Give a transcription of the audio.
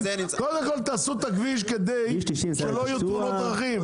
קודם כל תעשו את הכביש שלא יהיו תאונות דרכים.